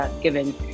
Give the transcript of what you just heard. given